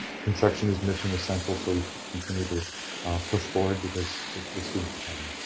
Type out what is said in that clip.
construction is mission essential so we can continue to push forward because the students are coming.